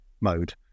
mode